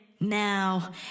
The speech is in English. now